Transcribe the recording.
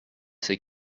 ses